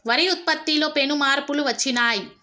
వరి ఉత్పత్తిలో పెను మార్పులు వచ్చినాయ్